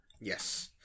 Yes